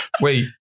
Wait